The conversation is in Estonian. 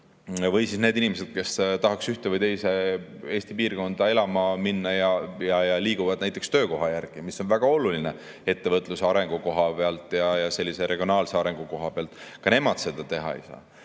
Või siis need inimesed, kes tahaks ühte või teise Eesti piirkonda elama minna ja liiguvad näiteks töökoha järgi, mis on väga oluline ettevõtluse arengu koha pealt ja regionaalse arengu koha pealt, ka nemad seda teha ei saa. Kui